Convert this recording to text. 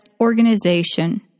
organization